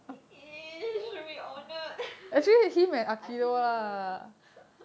he should be honoured aikido ya